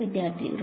വിദ്യാർത്ഥി Rho